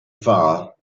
far